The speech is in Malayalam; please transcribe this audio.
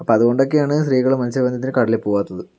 അപ്പോൾ അത്കൊണ്ടൊക്കെയാണ് സ്ത്രീകൾ മത്സ്യബന്ധനത്തിന് കടലിൽ പോവാത്തത്